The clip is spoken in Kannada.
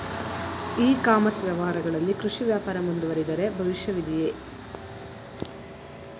ಇ ಕಾಮರ್ಸ್ ವ್ಯವಹಾರಗಳಲ್ಲಿ ಕೃಷಿ ವ್ಯಾಪಾರ ಮುಂದುವರಿದರೆ ಭವಿಷ್ಯವಿದೆಯೇ?